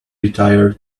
retire